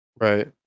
Right